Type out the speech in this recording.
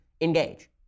Engage